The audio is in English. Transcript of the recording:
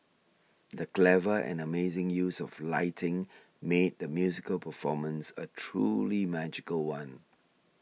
the clever and amazing use of lighting made the musical performance a truly magical one